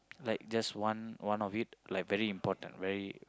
like just one one of it like very important very